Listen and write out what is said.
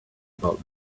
about